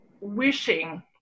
wishing